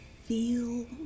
feel